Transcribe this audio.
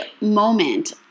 moment